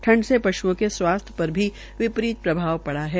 ठंड से प्श्ओं के स्वास्थ्य पर भी विपरीत प्रभाव पड़ा है